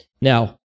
Now